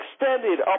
extended